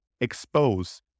expose